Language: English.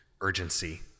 urgency